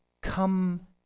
come